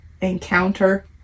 encounter